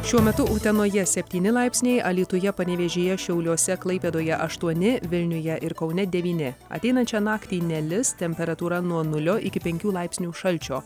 šiuo metu utenoje septyni laipsniai alytuje panevėžyje šiauliuose klaipėdoje aštuoni vilniuje ir kaune devyni ateinančią naktį nelis temperatūra nuo nulio iki penkių laipsnių šalčio